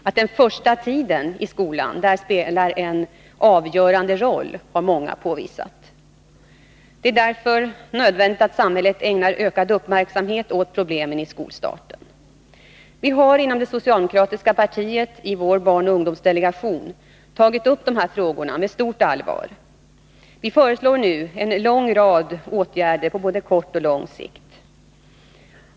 Att den första tiden i skolan spelar en avgörande roll har många påvisat. Det är därför nödvändigt att samhället ägnar ökad uppmärksamhet åt problemen i samband med skolstarten. Inom det socialdemokratiska partiet har vi i vår barnoch ungdomsdelegation tagit upp dessa frågor med stort allvar. Vi föreslår nu en rad åtgärder på både kort och lång sikt.